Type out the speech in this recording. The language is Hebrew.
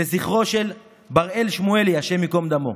לזכרו של בראל שמואלי, השם ייקום דמו,